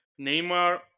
Neymar